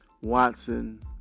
Watson